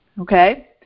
Okay